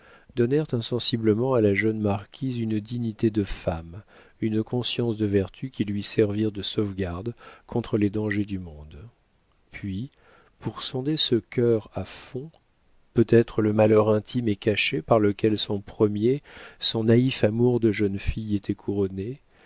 donnèrent insensiblement à la jeune marquise une dignité de femme une conscience de vertu qui lui servirent de sauvegarde contre les dangers du monde puis pour sonder ce cœur à fond peut-être le malheur intime et caché par lequel son premier son naïf amour de jeune fille était couronné